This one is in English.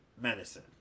medicine